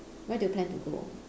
where do you plan to go